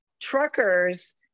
truckers